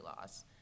laws